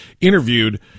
interviewed